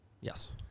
Yes